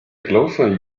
closer